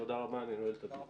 תודה רבה, אני נועל את הדיון.